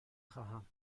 خواهم